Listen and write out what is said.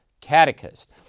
catechist